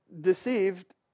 deceived